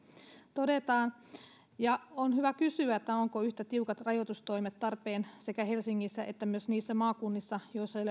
todetaan ja on hyvä kysyä ovatko yhtä tiukat rajoitustoimet tarpeen sekä helsingissä että niissä maakunnissa joissa ei